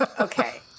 Okay